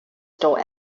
store